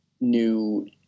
new